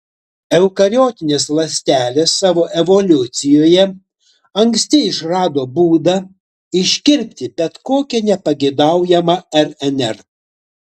eukariotinės ląstelės savo evoliucijoje anksti išrado būdą iškirpti bet kokią nepageidaujamą rnr